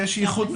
אכן.